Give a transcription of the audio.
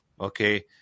okay